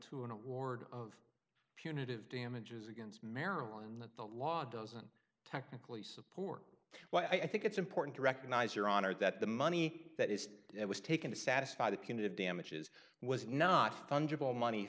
to an award of punitive damages against maryland that the law doesn't technically support well i think it's important to recognize your honor that the money that is it was taken to satisfy the punitive damages was not